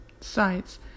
sites